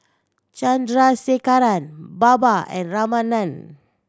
Chandrasekaran Baba and Ramanand